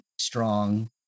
strong